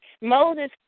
Moses